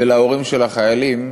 ולהורים של החיילים,